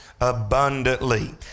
abundantly